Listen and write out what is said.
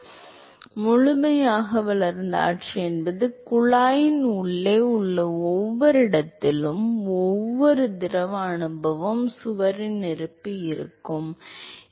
எனவே முழுமையாக வளர்ந்த ஆட்சி என்பது குழாயின் உள்ளே உள்ள ஒவ்வொரு இடத்திலும் உள்ள ஒவ்வொரு இடத்திலும் திரவ அனுபவம் சுவரின் இருப்பு ஆகும்